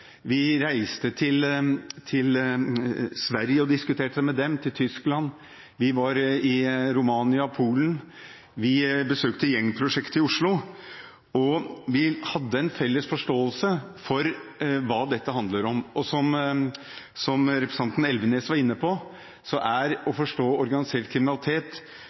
Vi reiste til Sverige og Tyskland og diskuterte med dem. Vi var i Romania og Polen. Vi besøkte gjengprosjektet i Oslo. Vi hadde en felles forståelse av hva dette handler om. Og som representanten Elvenes var inne på, er det å forstå organisert kriminalitet